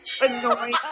Annoying